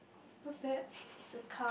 what's that